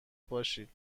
باشید